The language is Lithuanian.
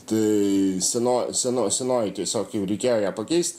tai seno seno senoji tiesiog jau reikėjo ją pakeist